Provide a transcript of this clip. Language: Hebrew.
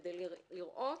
כדי לראות,